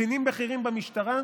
קצינים בכירים במשטרה,